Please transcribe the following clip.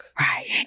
Right